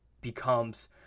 becomes